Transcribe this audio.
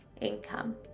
income